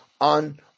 on